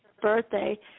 birthday